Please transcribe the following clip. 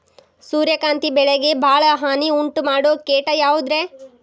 ಸೂರ್ಯಕಾಂತಿ ಬೆಳೆಗೆ ಭಾಳ ಹಾನಿ ಉಂಟು ಮಾಡೋ ಕೇಟ ಯಾವುದ್ರೇ?